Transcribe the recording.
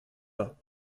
pas